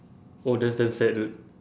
oh that's damn sad dude